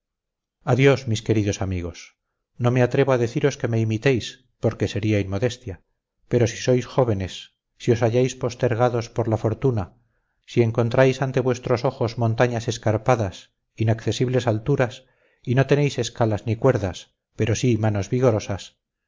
adiós mis queridos amigos no me atrevo a deciros que me imitéis porque sería inmodestia pero si sois jóvenes si os halláis postergados por la fortuna si encontráis ante vuestros ojos montañas escarpadas inaccesibles alturas y no tenéis escalas ni cuerdas pero sí manos vigorosas